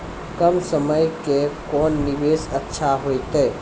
कम समय के कोंन निवेश अच्छा होइतै?